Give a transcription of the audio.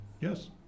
Yes